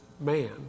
man